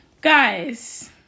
Guys